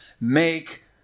make